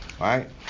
right